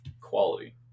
quality